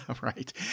Right